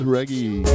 Reggie